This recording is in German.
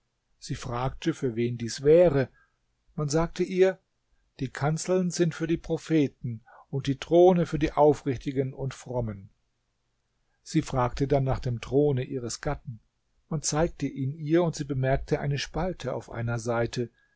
sie fragte für wen dies wäre man sagte ihr die kanzeln sind für die propheten und die thron für die aufrichtigen und frommen sie fragte dann nach dem throne ihres gatten man zeigte ihn ihr und sie bemerkte eine spalte auf einer seite